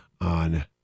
on